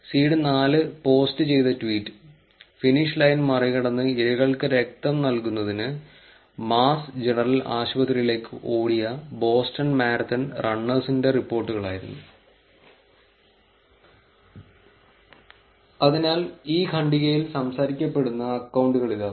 seed 4 post ചെയ്ത tweet finish line മറികടന്ന് ഇരകൾക്ക് രക്തം നൽകുന്നതിന് മാസ് ജനറൽ ആശുപത്രിയിലേക്ക് ഓടിയ ബോസ്റ്റൺ മാരത്തൺ റണ്ണേഴ്സിന്റെ റിപ്പോർട്ടുകളായിരുന്നു അതിനാൽ ഈ ഖണ്ഡികയിൽ സംസാരിക്കപ്പെടുന്ന അക്കൌണ്ടുകൾ ഇതാ